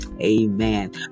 Amen